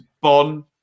Bond